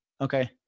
Okay